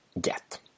get